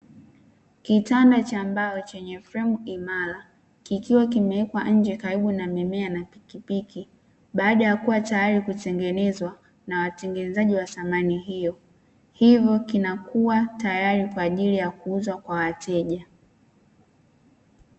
Kitanda cha mbao chenye fremu imara, kikiwa kimewekwa nje karibu na mimea na pikipiki, baada ya kuwa tayari kutengeneza na watengenezaji wa samani hiyo. Hivyo kinakuwa tayari kwa ajili ya kuuzwa kwa wateja.